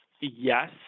yes